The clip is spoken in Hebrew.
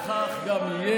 אני מסכים שכך גם יהיה,